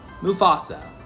Mufasa